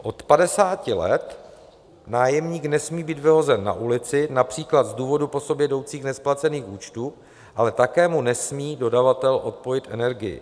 Od padesáti let nájemník nesmí být vyhozen na ulici například z důvodu po sobě jdoucích nesplacených účtů, ale také mu nesmí dodavatel odpojit energii.